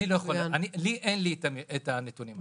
לי אין את הנתונים האלה.